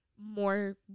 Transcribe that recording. more